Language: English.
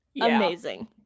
Amazing